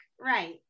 Right